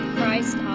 Christ